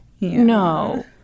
No